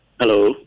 Hello